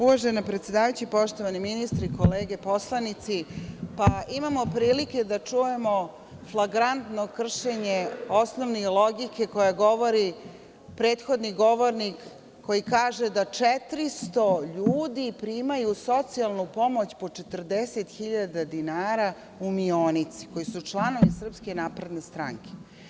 Uvažena predsedavajuća, poštovani ministri i kolege poslanici, imamo prilike da čujemo flagrantno kršenje osnovne logike koju govori prethodni govornik koji kaže da 400 ljudi primaju socijalnu pomoć po 40 hiljada dinara u Mionici, koji su članovi Srpske napredne stranke.